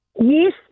Yes